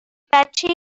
بچه